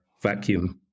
vacuum